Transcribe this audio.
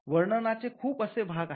वर्णनाचे खूप असे भाग आहेत